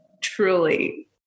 truly